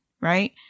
right